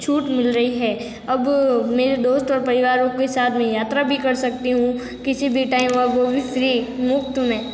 छूट मिल रही है अब मेरे दोस्त और परिवारों के साथ मैं यात्रा भी कर सकती हूँ किसी भी टाइम और वो भी फ्री मुफ़्त में